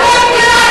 אתם גירשתם אותם.